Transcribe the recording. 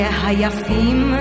Hayafim